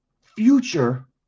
future